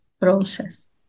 process